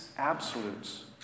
Absolutes